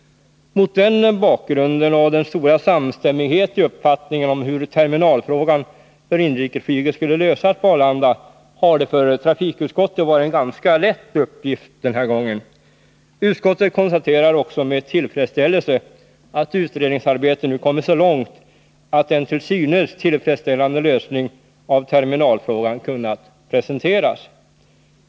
Mot den bakgrunden och mot bakgrund av den stora samstämmigheten i uppfattningen om hur terminalfrågan för inrikesflyget skall lösas på Arlanda har uppgiften varit ganska lätt för trafikutskottet den här gången. Utskottet konstaterar med tillfredsställelse att utredningsarbetet nu kommit så långt att en till synes tillfredsställande lösning av terminalfrågan kunnat presenteras.